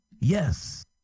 Yes